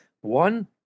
one